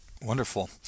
Wonderful